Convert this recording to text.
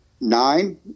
nine